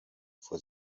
for